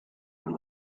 and